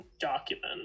document